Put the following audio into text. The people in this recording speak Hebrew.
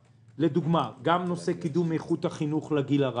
לדוגמה: גם קידום איכות החינוך לגיל הרך: